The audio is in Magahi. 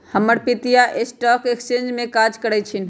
हमर पितिया स्टॉक एक्सचेंज में काज करइ छिन्ह